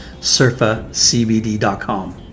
surfacbd.com